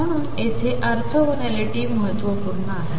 म्हणून येथे ऑर्थोगोनॅलिटी महत्त्वपूर्ण आहे